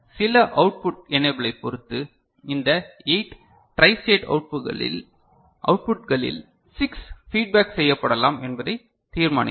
எனவே சில அவுட்புட் எனேபிலை பொறுத்து இந்த 8 ட்ரை ஸ்டேட் அவுட்புட்களில் 6 ஃபீட்பேக் செய்யப்படலாம் என்பதை தீர்மானிக்கும்